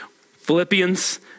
Philippians